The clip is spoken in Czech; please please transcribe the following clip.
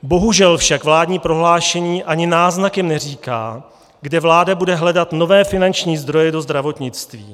Bohužel však vládní prohlášení ani náznakem neříká, kde vláda bude hledat nové finanční zdroje do zdravotnictví.